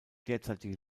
derzeitige